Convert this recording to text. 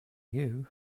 you